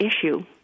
issue